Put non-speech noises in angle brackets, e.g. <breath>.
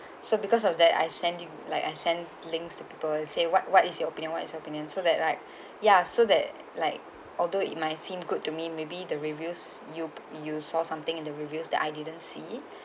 <breath> so because of that I sending like I send links to people I'll say what what is your opinion what is your opinion so that like <breath> ya so that like although it might seem good to me maybe the reviews you you saw something in the reviews that I didn't see <breath>